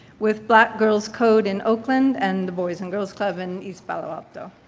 with black girls code in oakland and the boys and girls club in east palo alto.